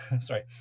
sorry